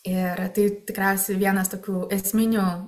ir tai tikriausiai vienas tokių esminių